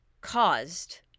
caused